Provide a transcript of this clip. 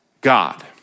God